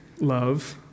love